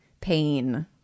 pain